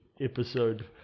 episode